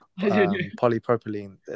polypropylene